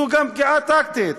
זו גם פגיעה טקטית.